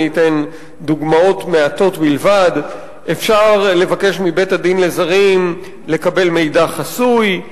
אני אתן דוגמאות מעטות בלבד: אפשר לבקש מבית-הדין לזרים לקבל מידע חסוי,